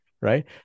right